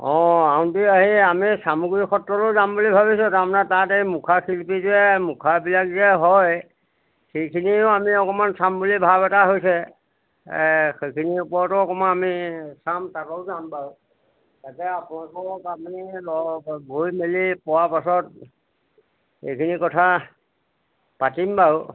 অঁ আউনীআটী আহি আমি চামগুৰী সত্ৰতো যাম বুলি ভাবিছোঁ তাৰমানে তাত এই মুখা শিল্পী যে মুখাবিলাক যে হয় সেইখিনিও আমি অকমান চাম বুলি ভাৱ এটা হৈছে সেইখিনিৰ ওপৰতো অকমান আমি চাম যাম বাৰু এতিয়া গৈ মেলি পোৱাৰ পাছত এইখিনি কথা পাতিম বাৰু